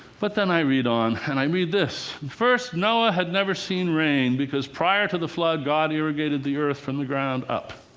but then i read on, and i read this first, noah had never seen rain, because prior to the flood, god irrigated the earth from the ground up.